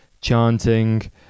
chanting